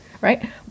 right